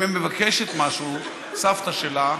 אם היא מבקשת משהו, סבתא שלה,